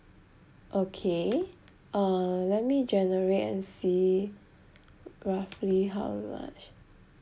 okay uh let me generate and see roughly how much